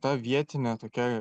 ta vietinė tokia